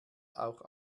auch